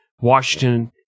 Washington